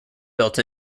built